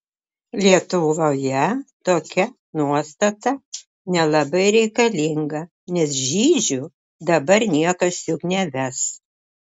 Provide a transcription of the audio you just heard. lietuvoje tokia nuostata nelabai reikalinga nes žydžių dabar niekas juk neves